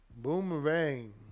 Boomerang